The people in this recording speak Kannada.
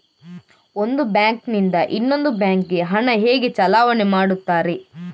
ಒಂದು ಬ್ಯಾಂಕ್ ನಿಂದ ಇನ್ನೊಂದು ಬ್ಯಾಂಕ್ ಗೆ ಹಣ ಹೇಗೆ ಚಲಾವಣೆ ಮಾಡುತ್ತಾರೆ?